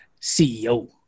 CEO